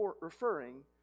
referring